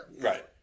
Right